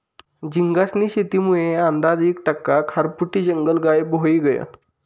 झींगास्नी शेतीमुये आंदाज ईस टक्का खारफुटी जंगल गायब व्हयी गयं